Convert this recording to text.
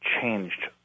changed